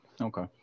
Okay